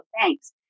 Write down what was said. thanks